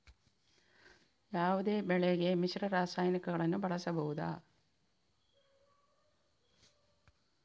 ಯಾವುದೇ ಬೆಳೆಗೆ ಮಿಶ್ರ ರಾಸಾಯನಿಕಗಳನ್ನು ಬಳಸಬಹುದಾ?